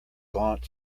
gaunt